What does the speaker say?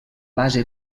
base